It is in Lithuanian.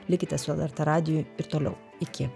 likite su lrt radiju ir toliau iki